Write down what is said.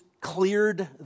cleared